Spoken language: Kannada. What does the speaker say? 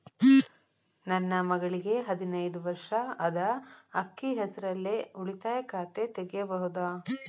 ನನ್ನ ಮಗಳಿಗೆ ಹದಿನೈದು ವರ್ಷ ಅದ ಅಕ್ಕಿ ಹೆಸರಲ್ಲೇ ಉಳಿತಾಯ ಖಾತೆ ತೆಗೆಯಬಹುದಾ?